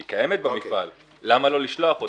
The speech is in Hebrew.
היא קיימת במפעל למה לא לשלוח אותה?